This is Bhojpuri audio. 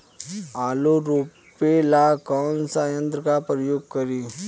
आलू रोपे ला कौन सा यंत्र का प्रयोग करी?